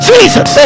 Jesus